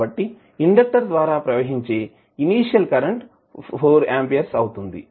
కాబట్టి ఇండెక్టర్ ద్వారా ప్రవహించే ఇనీషియల్ కరెంటు 4 అంపియర్లు అవుతుంది